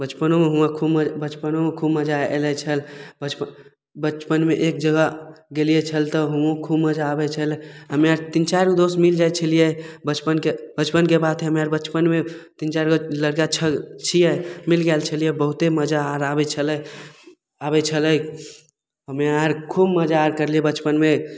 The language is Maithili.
बचपनोमे हुआँ खूब म बचपनोमे हुआँ खूब मजा अयलै छल बचपन बचपनमे एक जगह गेलियै छल तऽ हुओं खूब मजा आबय छलै हम्मे आरके तीन चारिगो दोस्त मिल जाइ छलियै बचपनके बचपनके बात हम्मे आर बचपनमे तीन चारिगो लड़िका छल छियै मिल गेल छलियै बहुते मजा आर आबय छलै आबय छलै हम्मे आर खूब मजा आर करलियै बचपनमे